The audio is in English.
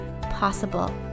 possible